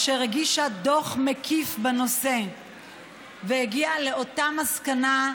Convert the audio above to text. והגישה דוח מקיף בנושא והגיעה לאותה מסקנה: